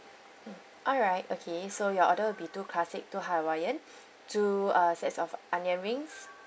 mm alright okay so your order will be two classic two hawaiian two uh sets of onion rings